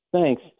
Thanks